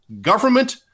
government